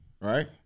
right